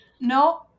no